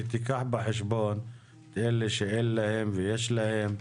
שתיקח בחשבון את אלה שאין להם ויש להם?